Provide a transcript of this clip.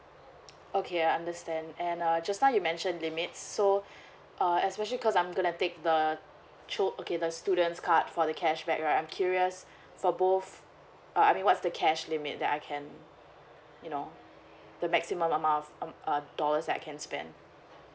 okay I understand and err just now you mention limits so err especially because I'm gonna take the sho~ okay the students card for the cashback right I'm curious for both err I mean what's the cash limit that I can you know the maximum amount of um uh dollars I can spend